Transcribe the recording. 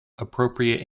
appropriate